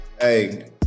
hey